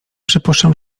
przypuszczam